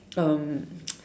um